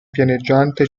pianeggiante